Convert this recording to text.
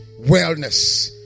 wellness